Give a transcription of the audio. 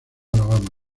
alabama